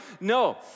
No